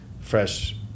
fresh